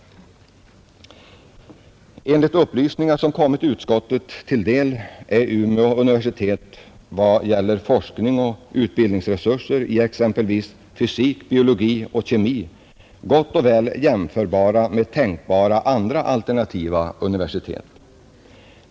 Enligt de upplysningar som lämnats till utskottet är Umeå universitet i vad gäller forskning och utbildningsresurser i exempelvis ämnena fysik, biologi och kemi gott och väl jämförbart med tänkbara andra alternativa universitet.